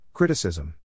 Criticism